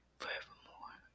forevermore